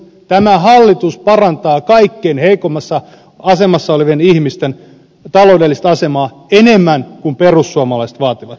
tämä hallitus parantaa kaikkein heikoimmassa asemassa olevien ihmisten taloudellista asemaa enemmän kuin perussuomalaiset vaativat